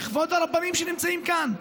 מכבוד הרבנים שנמצאים כאן,